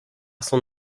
son